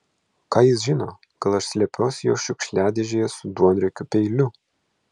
ką jis žino gal aš slepiuosi jo šiukšliadėžėje su duonriekiu peiliu